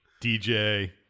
DJ